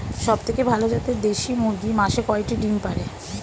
সবথেকে ভালো জাতের দেশি মুরগি মাসে কয়টি ডিম পাড়ে?